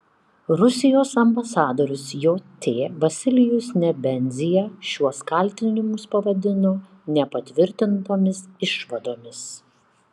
rusijos ambasadorius jt vasilijus nebenzia šiuos kaltinimus pavadino nepatvirtintomis išvadomis